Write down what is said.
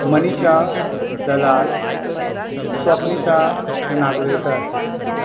Manisha Dalal Swapnita Nagvenkar